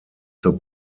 zur